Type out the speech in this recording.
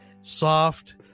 soft